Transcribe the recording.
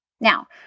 Now